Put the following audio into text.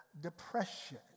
depression